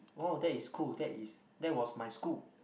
wow that is cool that is that was my school